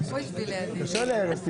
-- הבחירה של אזרחי מדינת ישראל.